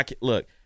look